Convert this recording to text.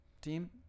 team